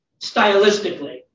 stylistically